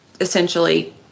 essentially